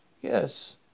Yes